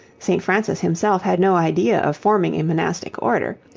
st. francis himself had no idea of forming a monastic order.